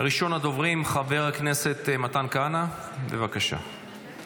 ראשון הדוברים, חבר הכנסת מתן כהנא, בבקשה.